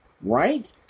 Right